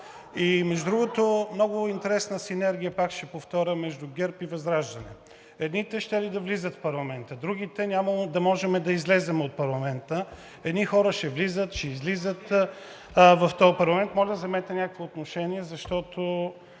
между другото, много интересна синергия, пак ще повторя, между ГЕРБ и ВЪЗРАЖДАНЕ. Едните щели да влизат в парламента, другите нямало да можем да излезем от парламента. Едни хора ще влизат, ще излизат в този парламент. Моля, вземете някакво отношение, защото,